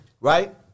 Right